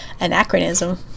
anachronism